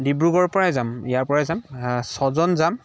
ডিব্ৰুগড়ৰ পৰাই যাম ইয়াৰ পৰাই যাম ছজন যাম